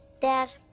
Dad